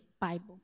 Bible